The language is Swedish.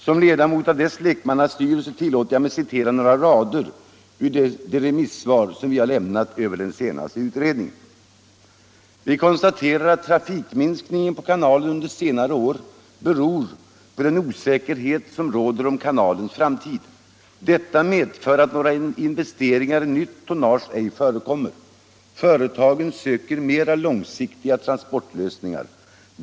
Som ledamot av dess lekmannastyrelse tillåter jag mig att citera några rader ur det remissvar som vi lämnat över den senaste utredningen: ”Trafikminskningen på kanalen under senare år beror enligt länsstyrelsen på den osäkerhet som råder om kanalens framtid. Detta medför att några investeringar i nytt tonnage ej förekommer. Företagen söker mera långsiktiga transportlösningar.